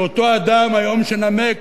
שאותו אדם היום שנמק,